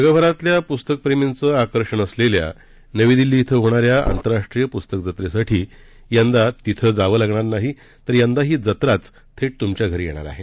जगभरातल्या पुस्तकप्रेमींचं आकर्षण असलेल्या नवी दिल्ली धिं होणाऱ्या आंतरराष्ट्रीय पुस्तक जत्रेसाठी यंदा तिथं जावं लागणार नाही तर यंदा ही जत्राचं थेट तुमच्या घरी येणार आहे